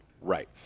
Right